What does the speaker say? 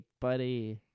buddy